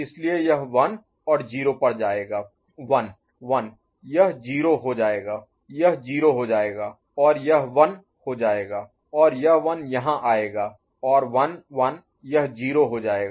इसलिए यह 1 और 0 पर जाएगा 1 1 यह 0 हो जाएगा यह 0 हो जाएगा और यह 1 हो जाएगा और यह 1 यहाँ आएगा और 1 1 यह 0 हो जाएगा